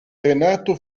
renato